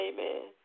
Amen